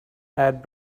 add